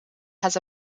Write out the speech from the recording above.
has